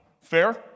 Fair